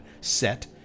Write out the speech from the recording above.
set